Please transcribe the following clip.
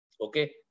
okay